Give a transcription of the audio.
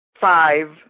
five